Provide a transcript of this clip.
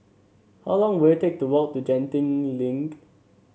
how long will it take to walk to Genting Link